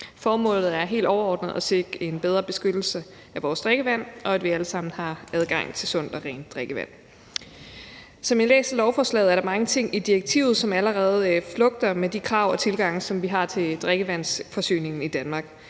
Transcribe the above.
Formålet er helt overordnet at sikre en bedre beskyttelse af vores drikkevand, og at vi alle sammen har adgang til sundt og rent drikkevand. Som jeg læser lovforslaget, er der mange ting i direktivet, som allerede flugter med de krav og tilgange, som vi har til drikkevandsforsyning i Danmark.